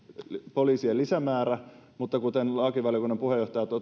poliisien lisämäärä mutta kuten lakivaliokunnan puheenjohtaja